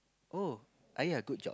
oh !aiya! good job